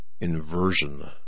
inversion